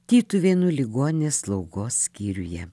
tytuvėnų ligoninės slaugos skyriuje